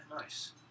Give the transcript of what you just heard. nice